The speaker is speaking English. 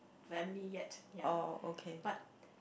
family yet ya but